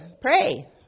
pray